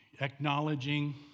acknowledging